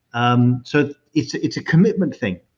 um so it's it's a commitment thing.